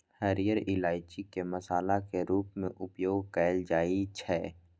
हरियर इलायची के मसाला के रूप मे उपयोग कैल जाइ छै